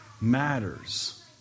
matters